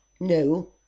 No